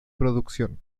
producción